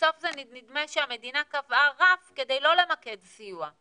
בסוף זה נדמה שהמדינה קבעה רף כדי לא למקד סיוע.